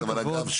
אבל אגב,